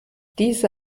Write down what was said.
diese